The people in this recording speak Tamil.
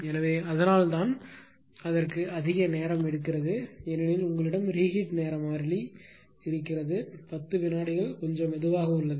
எனவே அதனால்தான் அதற்கு அதிக நேரம் எடுக்கும் ஏனெனில் உங்களிடம் ரீகீட் நேர மாறிலி உள்ளது 10 வினாடிகள் கொஞ்சம் மெதுவாக உள்ளது